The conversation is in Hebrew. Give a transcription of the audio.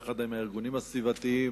יחד עם הארגונים הסביבתיים,